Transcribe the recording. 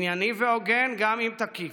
ענייני והוגן, גם אם תקיף,